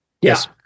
Yes